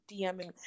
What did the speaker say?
dming